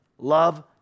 Love